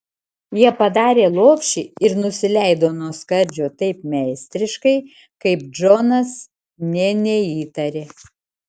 jie padarė lopšį ir nusileido nuo skardžio taip meistriškai kaip džonas nė neįtarė